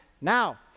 Now